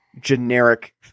generic